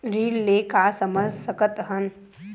ऋण ले का समझ सकत हन?